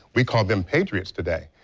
we call them patriots today.